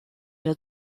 der